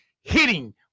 hitting